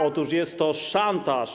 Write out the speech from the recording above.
Otóż jest to szantaż.